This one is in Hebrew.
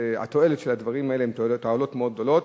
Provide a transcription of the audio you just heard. והתועלות של הדברים האלה הן באמת תועלות מאוד גדולות.